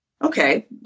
Okay